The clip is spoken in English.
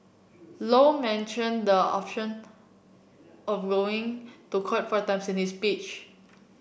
low mentioned the option of going to court four times in speech